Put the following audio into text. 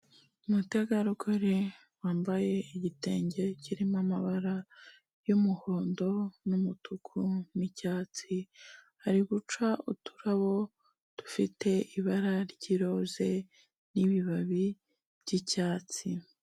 Umutegarugori wambaye igitenge kirimo amabara y'umuhondo n'umutuku n'icyatsi, ari guca uturabo dufite ibara ry'iroze n'ibibabi by'icyatsi.